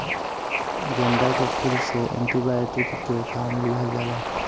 गेंदा के फूल से एंटी बायोटिक के काम लिहल जाला